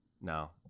no